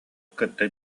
кытта